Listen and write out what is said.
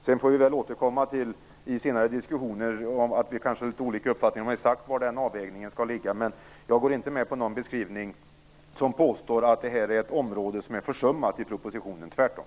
Vi får väl återkomma i senare diskussioner till de olika uppfattningar som vi kan ha om var den avvägningen exakt skall ligga, men jag håller inte med om en beskrivning där det påstås att det här är ett område som är försummat i propositionen - tvärtom.